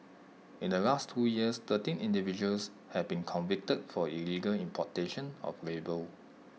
in the last two years thirteen individuals have been convicted for illegal importation of labour